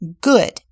Good